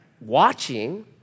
watching